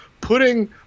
putting